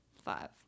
Five